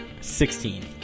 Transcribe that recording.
Sixteen